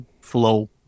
flow